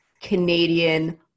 Canadian